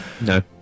No